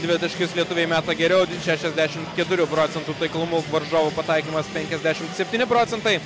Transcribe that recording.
dvitaškius lietuviai meta geriau šešiasdešimt keturių procentų taiklumu varžovų pataikymas penkiasdešimt septyni procentai